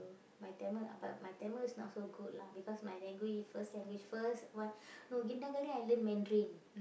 my Tamil but my Tamil is not so good lah because my language first language first what no kindergaten I learn Mandarin